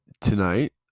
tonight